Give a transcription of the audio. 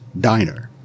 diner